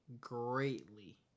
greatly